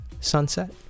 Sunset